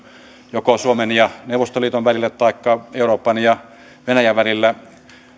joko suomen ja neuvostoliiton välillä taikka euroopan ja venäjän välillä